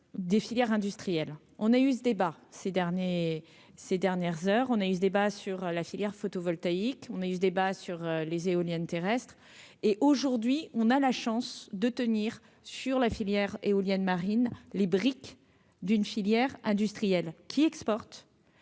Des filières industrielles, on a eu ce débat ces derniers ces dernières heures, on a eu ce débat sur la filière photovoltaïque, on a eu ce débat sur les éoliennes terrestres. Et aujourd'hui on a la chance de tenir sur la filière éolienne marine les briques d'une filière industrielle qui exporte